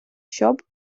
щоб